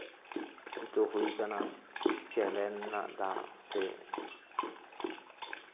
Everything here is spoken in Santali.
ᱱᱤᱛᱳᱜ ᱦᱩᱭ ᱟᱠᱟᱱᱟ ᱠᱮᱱᱮᱞ ᱨᱮᱱᱟᱜ ᱫᱟᱜ ᱥᱮ